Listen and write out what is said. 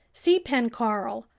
sea-pen coral,